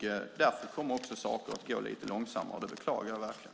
Därför kommer också saker att gå lite långsammare. Det beklagar jag verkligen.